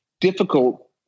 difficult